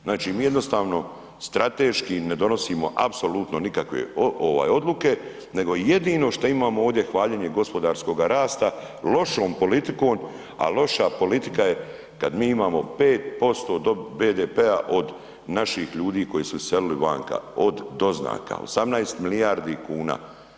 Znači mi jednostavno strateški ne donosimo apsolutno nikakve odluke, nego jedino što imamo ovdje hvaljenje gospodarskoga rasta lošom politikom, a loša politika je kad mi imamo 3% BDP-a od naših ljudi koji su iselili vanka od doznaka, 18 milijardi kuna.